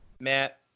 Matt